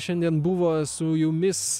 šiandien buvo su jumis